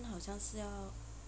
又好像是要